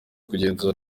kugenzura